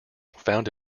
found